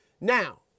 Now